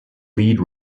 lead